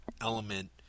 element